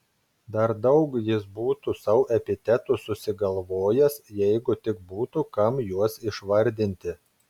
dar daug jis būtų sau epitetų susigalvojęs jeigu tik būtų kam juos išvardinti